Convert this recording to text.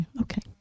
Okay